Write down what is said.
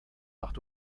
acht